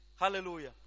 Hallelujah